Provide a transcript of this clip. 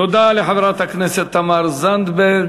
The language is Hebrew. תודה לחברת הכנסת תמר זנדברג.